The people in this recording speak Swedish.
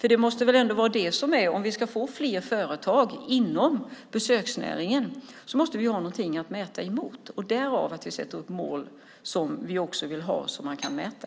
Om vi ska få fler företag inom besöksnäringen måste vi ha något att mäta emot. Därför sätter vi upp mål som vi kan mäta.